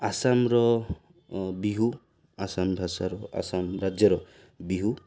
ଆସାମର ବିହୁୁ ଆସାମ ଭାଷାର ଆସାମ ରାଜ୍ୟର ବିହୁୁ